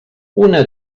una